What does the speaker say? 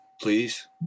please